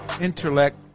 intellect